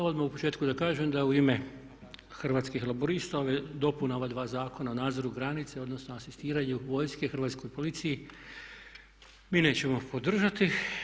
Odmah u početku da kažem da u ime Hrvatskih laburista, dopuna ova dva zakona o nadzoru granice, odnosno asistiranju vojske Hrvatskoj policiji mi nećemo podržati.